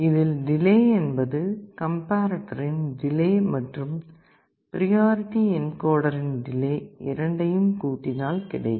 இதில் டிலே என்பது கம்பேர்ரேட்டரின் டிலே மற்றும் பிரியாரிட்டி என்கோடரின் டிலே இரண்டையும் கூட்டினால் கிடைக்கும்